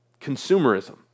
consumerism